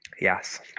yes